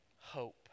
hope